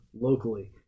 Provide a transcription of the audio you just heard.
locally